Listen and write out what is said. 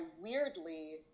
weirdly